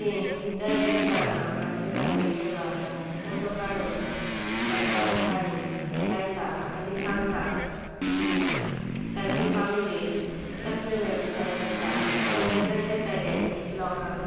ती दर एक जाण आपणाचे फॅमिलीच्या बाराक फोटो काडून फेस्ता दिसांनी लायता आनी सांगता की तांची फॅमिली कसले वेवसाय करता आनी ते कशें तरेन लोकांक